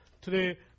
today